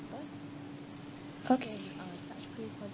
okay